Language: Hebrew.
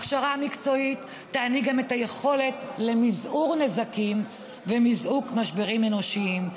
הכשרה מקצועית תעניק גם את היכולת למזעור נזקים ומזעור משברים אנושיים,